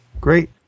great